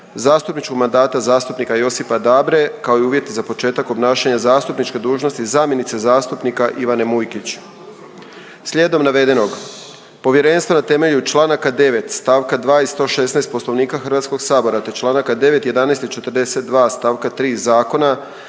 zastupničkog mandata zastupnika Josipa Dabre kao i uvjeti za početak obnašanja zastupničke dužnosti zamjenice zastupnika Ivane Mujkić. Slijedom navedenog, Povjerenstvo na temelju čl. 9 st. 2 i 116. Poslovnika Hrvatskog sabora te čl. 9, 11 i 42 st. 3 Zakona,